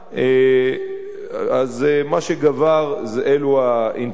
אז מה שגבר אלו האינטרסים